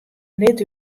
lit